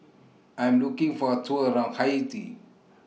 I'm looking For A Tour around Haiti